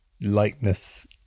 lightness